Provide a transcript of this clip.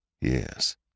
Yes